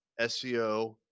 SEO